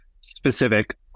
specific